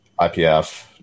IPF